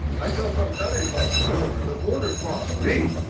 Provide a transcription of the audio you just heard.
i tell folks, i didn't cross the border, the border crossed me.